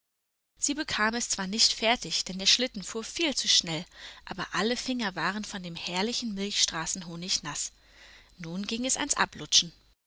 sie bekam es zwar nicht fertig denn der schlitten fuhr viel zu schnell aber alle finger waren von dem herrlichen milchstraßenhonig naß nun ging es ans ablutschen